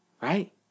Right